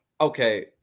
okay